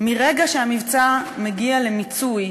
מרגע שהמבצע מגיע למיצוי